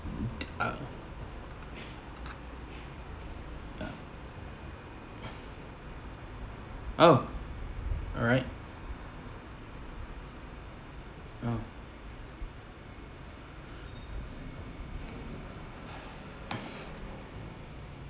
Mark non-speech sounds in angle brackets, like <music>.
<noise> oh alright oh